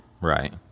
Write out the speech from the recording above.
Right